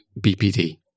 BPD